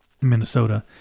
Minnesota